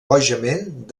bojament